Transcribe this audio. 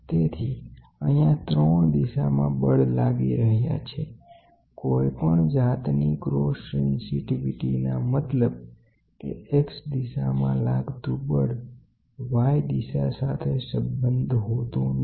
તેથી અહીંયા ત્રણ દિશામાં બળ લાગી રહ્યા છે તો તમે કોઈપણ જાતની ક્રોસ સેંસિટીવિટી વી કરી શકો છો મતલબ કે X દિશામાં લાગતું બળ Y દિશા સાથે સંબંધ હોતો નથી